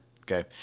Okay